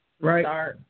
Right